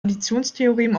additionstheorem